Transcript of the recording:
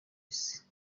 isi